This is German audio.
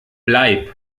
bleib